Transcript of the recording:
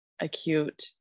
acute